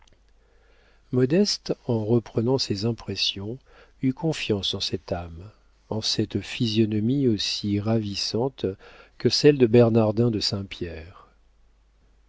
modeste en reprenant ses impressions eut confiance en cette âme en cette physionomie aussi ravissante que celle de bernardin de